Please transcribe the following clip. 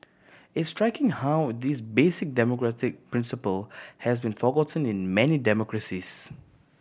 it's striking how this basic democratic principle has been forgotten in many democracies